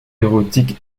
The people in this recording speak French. érotique